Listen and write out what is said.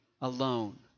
alone